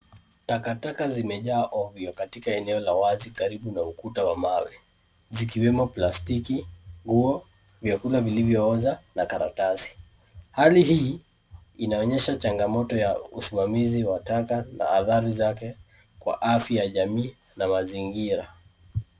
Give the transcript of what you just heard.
Taka taka zimejaa ovyo katika eneo la wazi karibu na ukuta wa mawe zikiwemo plastiki, nguo, vyakula vilivyo oza na karatasi. Hali hii inaonyesha changamoto ya usimamizi wa taka na adhari zake kwa afya ya jamii na mazingira.